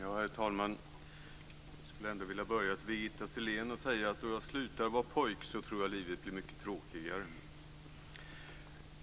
Herr talman! Jag skulle vilja börja med att säga till Birgitta Sellén att jag tror att livet blir mycket tråkigare